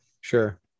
sure